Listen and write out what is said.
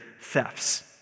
thefts